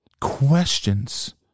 questions